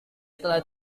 telah